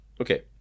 okay